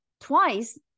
twice